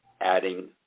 adding